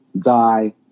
die